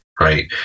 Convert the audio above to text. right